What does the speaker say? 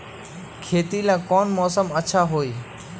खेती ला कौन मौसम अच्छा होई?